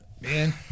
Man